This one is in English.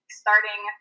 starting